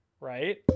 right